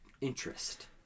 interest